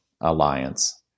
alliance